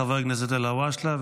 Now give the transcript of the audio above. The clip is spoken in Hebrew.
לחבר הכנסת אלהואשלה,